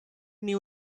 new